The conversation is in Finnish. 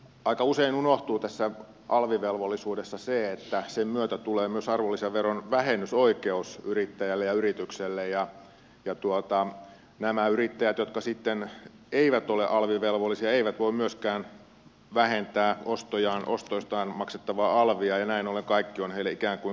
aika usein unohtuu tässä alvivelvollisuudessa se että sen myötä tulee myös arvonlisäveron vähennysoikeus yrittäjälle ja yritykselle ja nämä yrittäjät jotka eivät ole alvivelvollisia eivät sitten voi myöskään vähentää ostoistaan maksettavaa alvia ja näin ollen kaikki on heille ikään kuin kalliimpaa